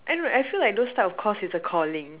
I don't know I feel like those type of course is a calling